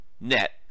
net